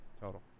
total